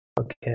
Okay